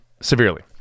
severely